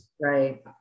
Right